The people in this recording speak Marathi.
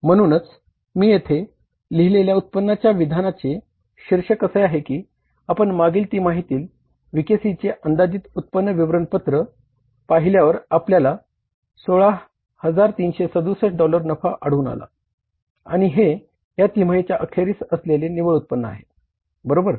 म्हणूनच मी येथे लिहिलेल्या उत्पन्नाच्या विधानाचे शीर्षक असे आहे की आपण मागिल तिमाहीतील व्हीकेसीचे चे अंदाजित उत्पन्न विवरणपत्र पाहिल्यावर आपल्याला 16367 डॉलर्स नफा आढळून आला आणि हे या तिमाहीच्या अखेरीस असलेले निव्वळ उत्पन्न आहे बरोबर